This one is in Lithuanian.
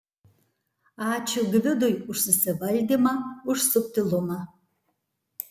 ačiū gvidui už susivaldymą už subtilumą